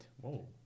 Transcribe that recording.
Whoa